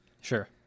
sure